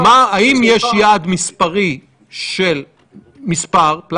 האם אתה יכול לעדכן את בועז סטמבלר מה היעד המינימאלי שאתם